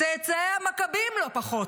צאצאי המכבים, לא פחות,